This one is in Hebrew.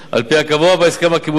על-פי הקבוע בהסכם הקיבוצי,